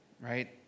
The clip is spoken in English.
right